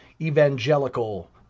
evangelical